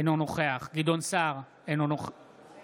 אינו נוכח גדעון סער, בעד